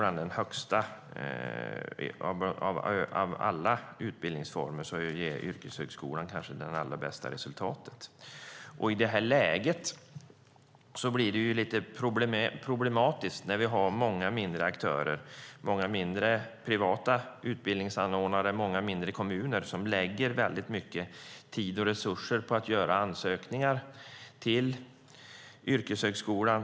Sett till alla utbildningsformer ger yrkeshögskolan det kanske allra bästa resultatet. I nuläget blir det lite problematiskt när vi har många mindre aktörer, många mindre privata utbildningsanordnare och många mindre kommuner som lägger väldigt mycket tid och resurser på ansökningar till yrkeshögskolan.